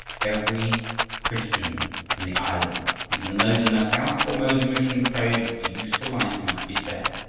every christian on the island, even those in the south formosa mission, prayed that the useful life might be spared.